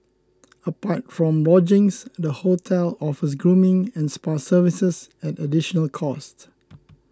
apart from lodgings the hotel offers grooming and spa services at additional cost